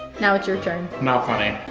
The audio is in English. now it's your turn. not funny.